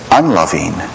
unloving